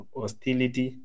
hostility